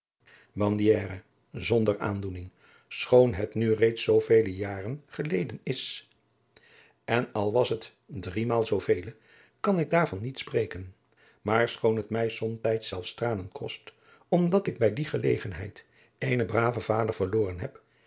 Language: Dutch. zonder aandoening schoon het nu reeds zoovele jaren geleden is en al was het driemaal zoovele kan ik daarvan niet spreken maar schoon het mij somtijds zelfs tranen kost omdat ik bij die gelegenheid eenen braven vader verloren heb